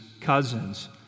cousins